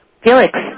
Felix